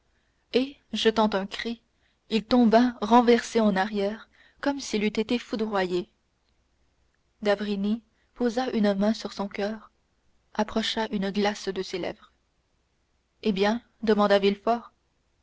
et jetant un cri il tomba renversé en arrière comme s'il eût été foudroyé d'avrigny posa une main sur son coeur approcha une glace de ses lèvres eh bien demanda